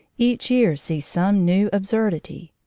each year sees some new absurdity.